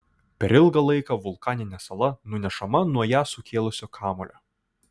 per ilgą laiką vulkaninė sala nunešama nuo ją sukėlusio kamuolio